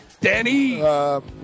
Danny